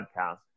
podcast